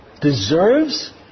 deserves